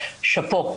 שאפו.